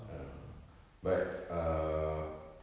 ah but err